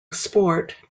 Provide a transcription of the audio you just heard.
sport